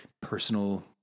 personal